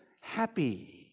happy